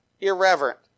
Irreverent